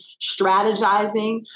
strategizing